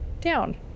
down